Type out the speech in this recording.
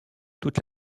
toute